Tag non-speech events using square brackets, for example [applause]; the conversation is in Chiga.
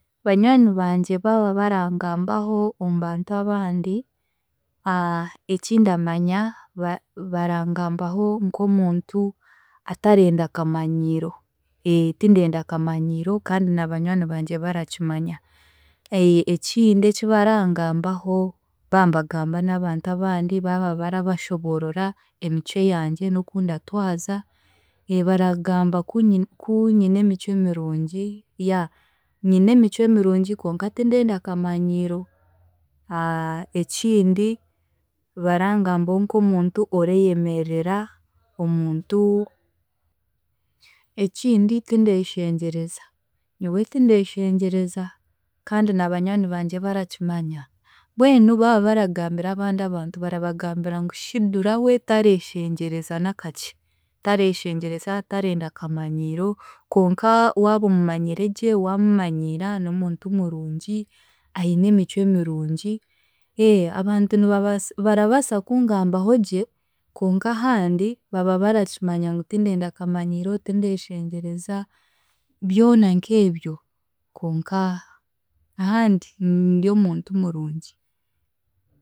Banywani bangye baaba barangambaho omu bantu abandi, [hesitation] ekindamanya bara barangambaho nk'omuntu atarenda akamanyiiro. Tindenda akamanyiiro kandi na banywani bangye barakimanya. Ekindi eki barangambaho baaba nibagamba n'abantu abandi ba barabashoboorora emicwe yangye n'oku ndatwaza baragamba ku nyine emicwe mirungi yeah nyine emicwe mirungi konka tindenda akamanyiiro, [hesitation] ekindi barangambaho nk'omuntu oreeyemerera, omuntu, ekindi tindeeshengyereza nyowe tindeeshegyereza kandi na banywanii bangye barakimanya mbwenu baaba baragambira abandi abantu barabagambira ngu Shidura we tareeshengyereza n'akakye; tareeshengyereza, tarenda kamanyiiro konka waaba omumanyire gye waamumanyiira n'omuntu murungi aine emicwe mirungi, abantu nibabaasa barabaasa kungambaho gye konka ahandi baba barakimanya ngu tindenda akamanyiiro, tindeeshengyereza byona nk'ebyo konka ahandi ndi omuntu murungi.